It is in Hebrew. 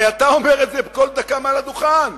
הרי אתה אומר את זה כל דקה מעל הדוכן,